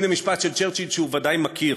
הנה משפט של צ'רצ'יל שהוא ודאי מכיר: